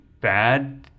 bad